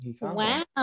Wow